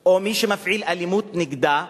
או מי שמפעיל אלימות נגדה,